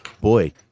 Boy